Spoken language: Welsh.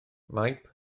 maip